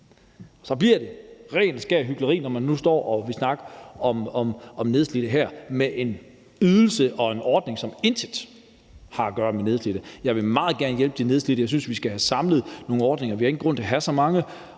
så bliver det rent og skært hykleri, når man nu står her og vil snakke om nedslidte, om en ydelse og en ordning, som intet har at gøre med nedslidte. Jeg vil meget gerne hjælpe de nedslidte, og jeg synes, vi skal have samlet nogle ordninger – vi har ingen grund til at have så mange